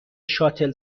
شاتل